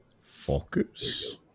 Focus